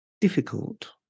difficult